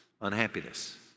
unhappiness